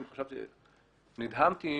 נדהמתי,